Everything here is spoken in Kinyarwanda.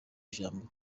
ijambo